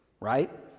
right